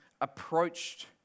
approached